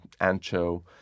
ancho